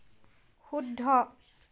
শুদ্ধ